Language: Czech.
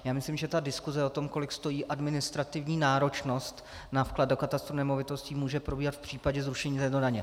Já myslím, že ta diskuse o tom, kolik stojí administrativní náročnost na vklad do katastru nemovitostí, může probíhat v případě zrušení této daně.